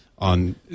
On